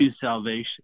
salvation